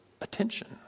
attention